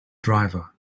driver